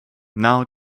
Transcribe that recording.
now